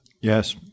Yes